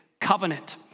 covenant